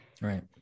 Right